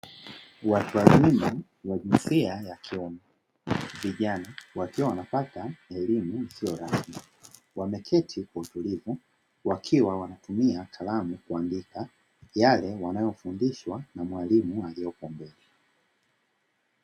Watu wazima wa jinsia ya kiume vijana wakiwa wanapata elimu isio rasmi, wameketi kwa utulivu wakiwa wanatumia kalamu kuandika yale wanayofundishwa na mwalimu aliyeko mbele.